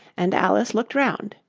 and alice looked round,